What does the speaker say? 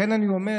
לכן אני אומר,